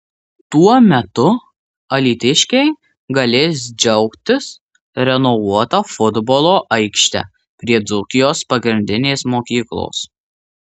tuo metu alytiškiai galės džiaugtis renovuota futbolo aikšte prie dzūkijos pagrindinės mokyklos